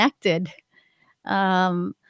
connected